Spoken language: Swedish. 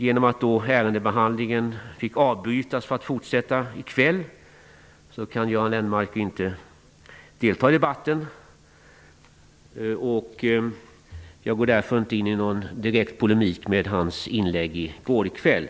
Eftersom ärendebehandlingen fick avbrytas för att fortsätta i kväll kan Göran Lennmarker inte delta i debatten. Jag går därför inte i polemik med hans inlägg i går kväll.